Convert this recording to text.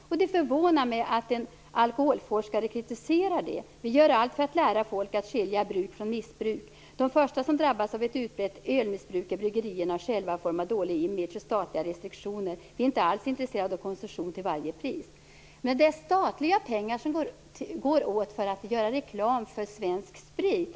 Det förvånar mig att en alkoholforskare kritiserar det. Vi gör allt för att lära folk att skilja bruk från missbruk. De första som drabbas av ett utbrett ölmissbruk är bryggerierna själva i form av dålig image och statliga restriktioner. Vi är inte alls intresserade av konsumtion till varje pris. Men det är ändå statliga pengar som går till reklam för svensk sprit.